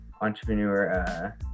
entrepreneur